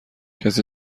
کسی